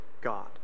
God